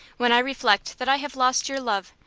when i reflect that i have lost your love,